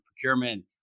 procurement